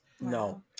No